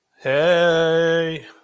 Hey